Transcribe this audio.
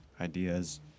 ideas